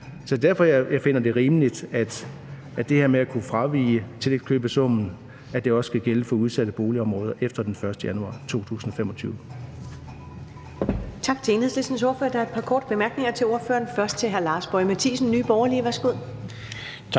Derfor finder jeg det rimeligt, at det her med at kunne frafalde tillægskøbesummen også skal gælde for udsatte boligområder efter den 1. januar 2025.